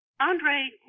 Andre